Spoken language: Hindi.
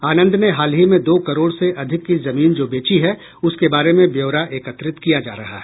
आनंद ने हाल ही में दो करोड़ से अधिक की जमीन जो बेची है उसके बारे में ब्यौरा एकत्रित किया जा रहा है